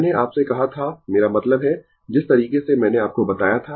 मैंने आपसे कहा था मेरा मतलब है जिस तरीके से मैंने आपको बताया था